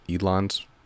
Elon's